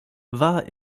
war